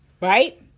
Right